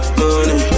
money